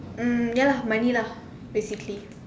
um ya lah money lah basically